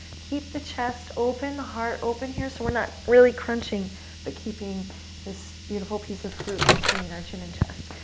keep the chest open, the heart open here. so we're not really crunching but keeping this beautiful piece of fruit between our chin and chest.